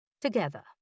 together